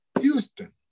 Houston